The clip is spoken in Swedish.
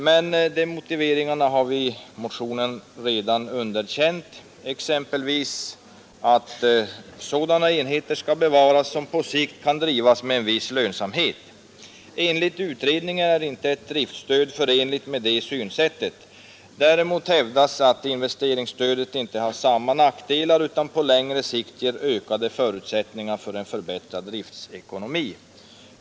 Men de motiveringarna har vi i motionen redan underkänt, exempelvis att endast sådana enheter skall bevaras som på sikt kan drivas med viss lönsamhet. Enligt utredningen är inte ett driftstöd förenligt med det synsättet. Däremot hävdas att investeringsstödet inte har samma nackdelar utan på längre sikt ger ökade förutsättningar för en förbättrad driftekonomi.